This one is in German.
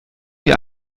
wie